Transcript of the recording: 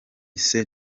ste